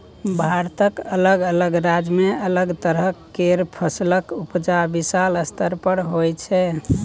भारतक अलग अलग राज्य में अलग तरह केर फसलक उपजा विशाल स्तर पर होइ छै